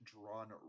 Drawn